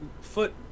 foot